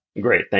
Great